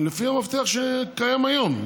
לפי המפתח שקיים היום.